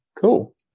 cool